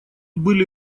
были